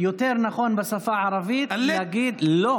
יותר נכון בשפה הערבית להגיד, לד.